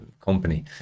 company